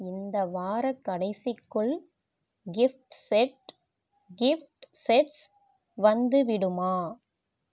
இந்த வாரக் கடைசிக்குள் கிஃப்ட் செட் கிஃப்ட் செட்ஸ் வந்துவிடுமா